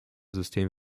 system